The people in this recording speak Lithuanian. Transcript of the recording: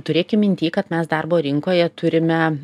turėkim mintyje kad mes darbo rinkoje turime